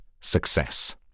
success